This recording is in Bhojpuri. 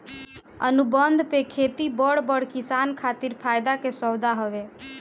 अनुबंध पे खेती बड़ बड़ किसान खातिर फायदा के सौदा हवे